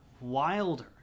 wilder